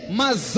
mas